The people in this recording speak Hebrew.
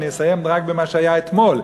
אני אסיים במה שהיה רק אתמול,